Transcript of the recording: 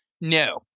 No